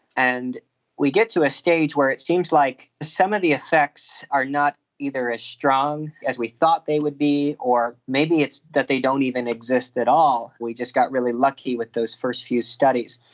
and we get to a stage where it seems like some of the effects are not either as strong as we thought they would be or maybe it's that they don't even exist at all, we just got really lucky with those first few studies.